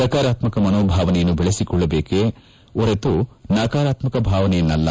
ಸಕಾರಾತ್ತಕ ಮನೋಭಾವನೆಯನ್ನು ಬೆಳೆಸಿಕೊಳ್ಟಬೇಕೇ ಹೊರತು ನಕಾರಾತ್ಸಕ ಭಾವನೆಯನ್ನೆಲ್ಲ